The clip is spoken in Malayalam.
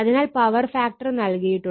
അതിനാൽ പവർ ഫാക്ടർ നൽകിയിട്ടുണ്ട്